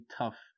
tough